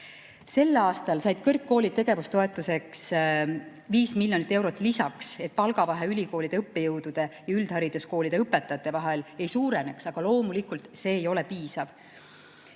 Sel aastal said kõrgkoolid tegevustoetuseks 5 miljonit eurot lisaks, et palgavahe ülikoolide õppejõudude ja üldhariduskoolide õpetajate vahel ei suureneks. Aga loomulikult see ei ole piisav.